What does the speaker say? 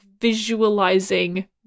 visualizing